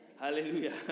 Hallelujah